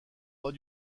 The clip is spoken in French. pas